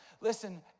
Listen